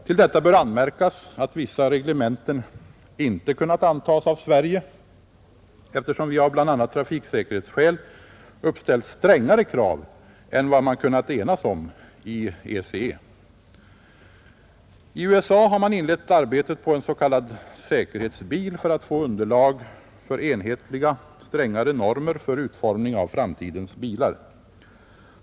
Till detta bör anmärkas att vissa reglementen inte kunnat antas av Sverige, eftersom vi av bl.a. trafiksäkerhetsskäl uppställt strängare krav än vad man kunnat enas om i ECE. I USA har man inlett arbetet på en s.k. säkerhetsbil för att få underlag för enhetliga, strängare normer för utformning av framtidens bilar.